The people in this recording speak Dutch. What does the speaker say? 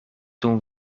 doen